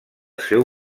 seu